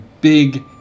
big